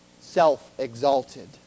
self-exalted